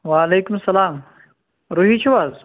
وعلیکُم اسلام روحی چھِو حظ